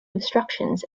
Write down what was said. obstructions